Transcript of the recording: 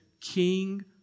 King